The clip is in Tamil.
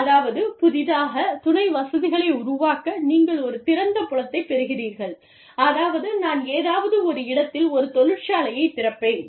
அதாவது புதிதாகத் துணை வசதிகளை உருவாக்க நீங்கள் ஒரு திறந்த புலத்தைப் பெறுகிறீர்கள் அதாவது நான் ஏதாவது ஒரு இடத்தில் ஒரு தொழிற்சாலையைத் திறப்பேன்